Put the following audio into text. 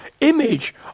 image